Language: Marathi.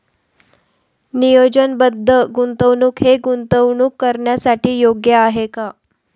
नियोजनबद्ध गुंतवणूक हे गुंतवणूक करण्यासाठी योग्य आहे का?